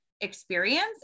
experience